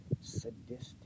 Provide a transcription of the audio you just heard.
sadistic